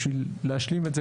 בשביל להשלים את זה,